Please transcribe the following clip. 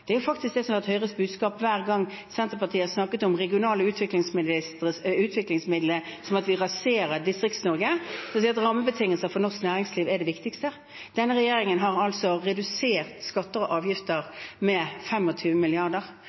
Det har faktisk vært Høyres budskap hver gang Senterpartiet har snakket om regionale utviklingsmidler som noe som raserer Distrikts-Norge, å si at rammebetingelser for norsk næringsliv er det viktigste. Denne regjeringen har altså redusert skatter og avgifter med